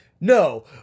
No